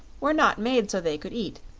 were not made so they could eat,